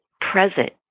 present